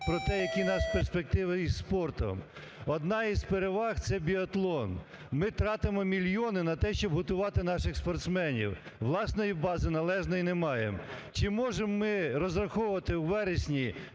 про те, які у нас перспективи із спортом. Одна із переваг – це біатлон. Ми тратимо мільйони на те, щоб готувати наших спортсменів. Власної бази належної немає. Чи можемо ми розраховувати у вересні,